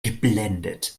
geblendet